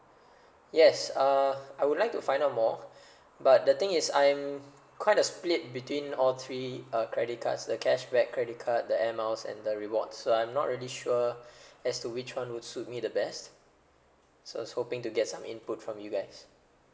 yes uh I would like to find out more but the thing is I am quite a split between all three uh credit cards the cashback credit card the air miles and the rewards so I'm not really sure as to which one would suit me the best so I was hoping to get some input from you guys